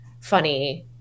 funny